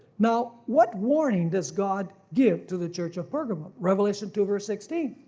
now what warning does god give to the church of pergamum? revelation two verse sixteen.